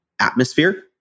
atmosphere